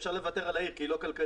אפשר לוותר על העיר כי היא לא כלכלית.